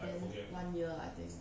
ya one year I think